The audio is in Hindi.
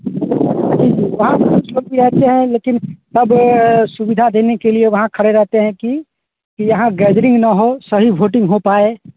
लेकिन वहाँ पर सब रहते हैं लेकिन सब सुविधा देने के लिए वहाँ खड़े रहते हैं कि यहाँ गैदरिंग ना हो सही वोटिंग हो पाए